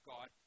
God